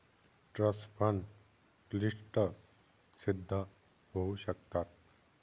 trust fund क्लिष्ट सिद्ध होऊ शकतात